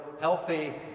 healthy